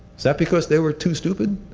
is that because they were too stupid?